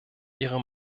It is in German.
ihre